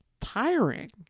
tiring